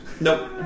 Nope